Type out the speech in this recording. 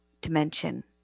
dimension